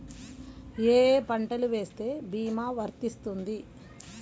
ఏ ఏ పంటలు వేస్తే భీమా వర్తిస్తుంది?